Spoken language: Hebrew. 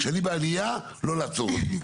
כשאני בעלייה לא לעצור אותי.